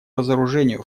разоружению